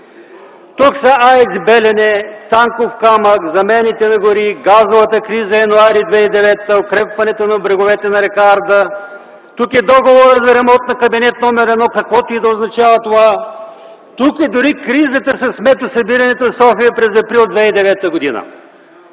Тук са АЕЦ „Белене”, „Цанков камък”, замените на гори, газовата криза през януари 2009 г., укрепването на бреговете на р. Арда, тук е договорът за ремонт на кабинет № 1, каквото и да означава това. Тук е дори кризата със сметосъбирането в София през април 2009 г.